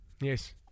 Yes